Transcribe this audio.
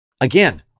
Again